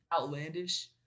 outlandish